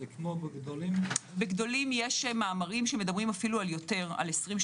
בגדולים יש מאמרים שמדברים אפילו על יותר - על 20%,